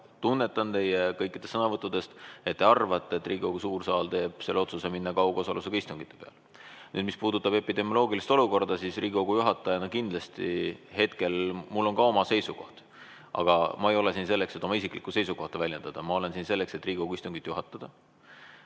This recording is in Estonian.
tunnetan teie kõikidest sõnavõttudest, et te arvate, et Riigikogu suur saal teeb selle otsuse – minna üle kaugosalusega istungitele. Mis puudutab epidemioloogilist olukorda, siis Riigikogu juhatajana kindlasti hetkel mul on ka oma seisukoht, aga ma ei ole siin selleks, et oma isiklikku seisukohta väljendada, ma olen siin selleks, et Riigikogu istungit juhatada.